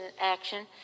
action